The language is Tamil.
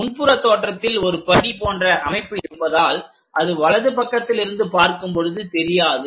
முன்புற தோற்றத்தில் ஒரு படி போன்ற அமைப்பு இருப்பதால் அது வலது பக்கத்திலிருந்து பார்க்கும்போது தெரியாது